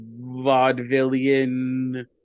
vaudevillian